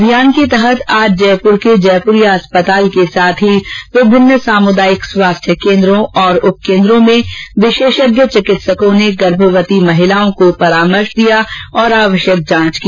अभियान के तहत आज जयपुर के जयपुरिया अस्पताल के साथ ही विभिन्न सामुदायिक स्वास्थ्य केन्द्रो और उप केन्द्रों में विशेषज्ञ चिकित्सकों ने गर्भवती महिलाओं को परॉमर्श दिया और आवश्यक जांच की